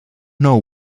know